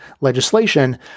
legislation—